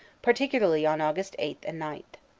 partic ularly on aug. eight and nine.